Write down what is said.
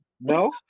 No